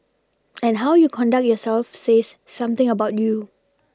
and how you conduct yourself says something about you